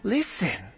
Listen